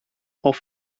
auf